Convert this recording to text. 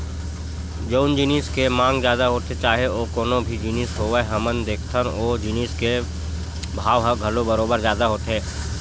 जउन जिनिस के मांग जादा होथे चाहे ओ कोनो भी जिनिस होवय हमन देखथन ओ जिनिस के भाव ह घलो बरोबर जादा होथे